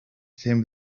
him